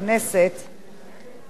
אתה מוזמן להודיע.